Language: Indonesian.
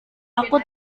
aku